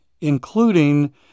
including